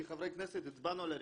כחברי כנסת שהנצבענו על הרפורמה,